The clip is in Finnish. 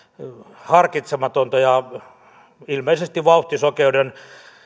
harkitsematonta ja ilmeisesti vauhtisokeuden